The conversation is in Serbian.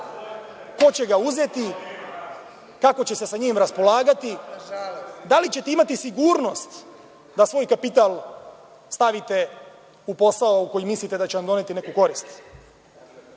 ko će ga uzeti, kako će se sa njim raspolagati, da li ćete imati sigurnost da svoj kapital stavite u posao za koji mislite da će vam doneti neku korist?U